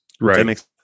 Right